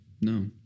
No